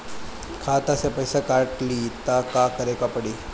खाता से पैसा काट ली त का करे के पड़ी?